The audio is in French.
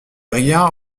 rien